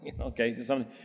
Okay